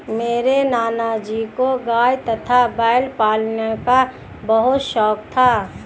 मेरे नाना जी को गाय तथा बैल पालन का बहुत शौक था